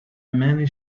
many